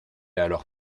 alors